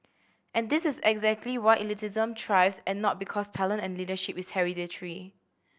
and this is exactly why elitism thrives and not because talent and leadership is hereditary